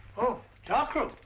oh, dark room,